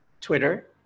Twitter